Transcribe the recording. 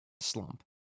slump